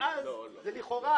אם חושבים